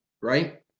right